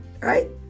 right